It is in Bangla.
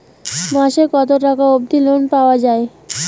মাসে কত টাকা অবধি লোন পাওয়া য়ায়?